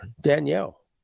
Danielle